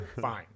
fine